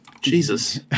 jesus